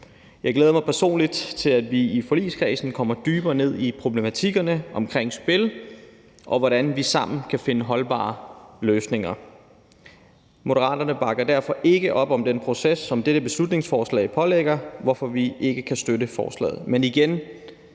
Jeg glæder mig personligt til, at vi i forligskredsen kommer dybere ned i problematikkerne omkring spil, og hvordan vi sammen kan finde holdbare løsninger. Moderaterne bakker derfor ikke op om den proces, som dette beslutningsforslag pålægger regeringen at indlede, hvorfor vi ikke kan støtte forslaget.